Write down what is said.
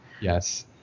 Yes